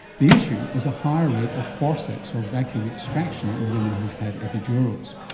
the issue is a higher rate of forceps or vacuum extraction in women who have had epidurals.